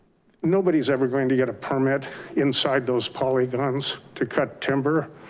nobody's ever going to get a permit inside those polygons to cut timber.